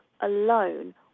alone